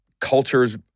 cultures